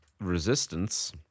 Resistance